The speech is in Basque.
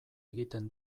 egiten